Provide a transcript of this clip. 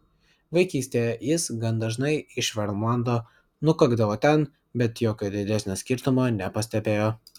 vaikystėje jis gan dažnai iš vermlando nukakdavo ten bet jokio didesnio skirtumo nepastebėjo